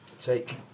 Take